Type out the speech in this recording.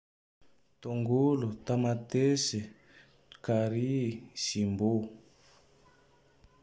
Tongolo, tamatese, curry, jumbo.